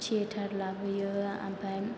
theatre लाबोयो ओमफ्राय